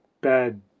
bad